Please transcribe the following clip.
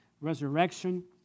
resurrection